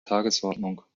tagesordnung